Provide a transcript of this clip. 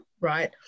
right